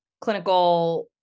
clinical